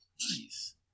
nice